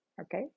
Okay